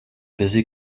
busy